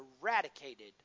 eradicated